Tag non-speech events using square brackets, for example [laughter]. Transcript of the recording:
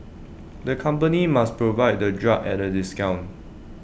the company must provide the drug at A discount [noise]